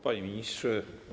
Panie Ministrze!